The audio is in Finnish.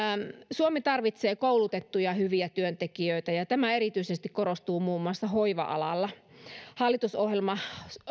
suomi tarvitsee koulutettuja hyviä työntekijöitä ja tämä korostuu erityisesti muun muassa hoiva alalla hallitusohjelma